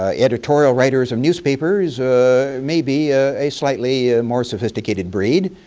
ah editorial writers, um newspapers ah may be ah a slightly more sophisticated breed,